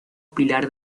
pilar